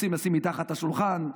רוצים לשים מתחת השולחן,